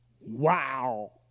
Wow